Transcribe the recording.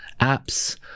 apps